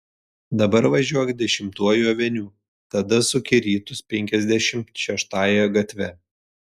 dabar važiuok dešimtuoju aveniu tada suk į rytus penkiasdešimt šeštąja gatve